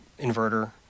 inverter